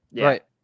Right